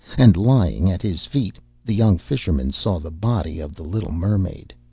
and lying at his feet the young fisherman saw the body of the little mermaid.